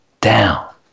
down